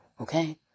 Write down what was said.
Okay